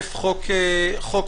תוקף חוק הסמכויות.